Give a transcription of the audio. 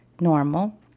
normal